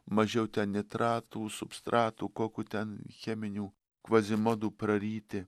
mažiau ten nitratų substratų kokių ten cheminių kvazimodų praryti